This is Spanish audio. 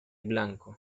blanco